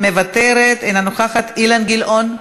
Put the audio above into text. אינה נוכחת, אילן גילאון,